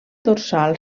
dorsal